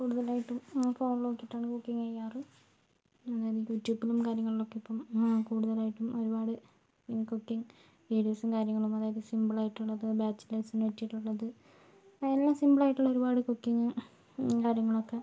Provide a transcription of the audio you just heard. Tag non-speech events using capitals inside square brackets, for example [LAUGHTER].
കൂടുതലായിട്ടും ഫോൺ നോക്കിയിട്ടാണ് കുക്കിംഗ് ചെയ്യാറ് [UNINTELLIGIBLE] യൂട്യുബിലും കാര്യങ്ങളിലും ഇപ്പം കൂടുതലായിട്ടും ഒരുപാട് കുക്കിംഗ് വീഡിയോസും കാര്യങ്ങളും അതായത് സിമ്പിൾ ആയിട്ടുള്ളത് ബാച്ചിലേഴ്സിന് പറ്റിയിട്ടുള്ളത് എല്ലാം സിമ്പിൾ ആയിട്ടുള്ള ഒരുപാട് കുക്കിംഗും കാര്യങ്ങളൊക്കെ